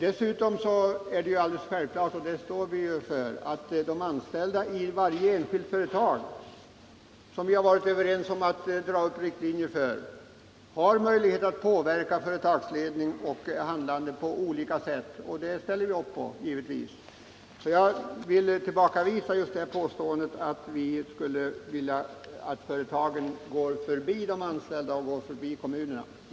Dessutom är det alldeles självklart — och det står vi för — att de anställda i varje enskilt företag, som vi varit överens om att dra upp riktlinjer för, har möjlighet att påverka företagsledningens handlande på olika sätt. Detta ställer vi alltså upp på, och jag vill givetvis tillbakavisa påståendet att vi skulle vilja att företagen går förbi de anställda och går förbi kommunerna.